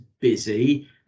busy